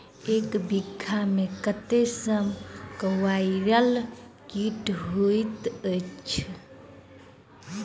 एक बीघा मे कत्ते स्क्वायर फीट होइत अछि?